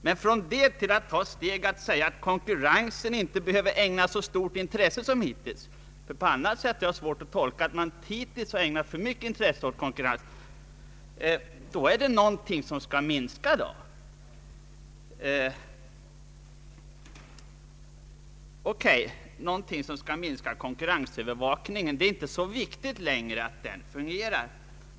Men därifrån är steget långt till att säga att konkurrensen inte behöver ägnas så stort intresse som hittills — på annat sätt har jag svårt att tolka uttalandet att man hittills har ägnat för mycket intresse åt konkurrensen. Skall vi minska konkurrensövervakningen. Det är tydligen inte så viktigt längre att den fungerar.